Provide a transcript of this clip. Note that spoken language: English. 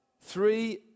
Three